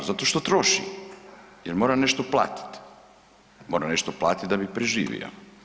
Zato što troši jel mora nešto platiti, mora nešto platiti da bi preživio.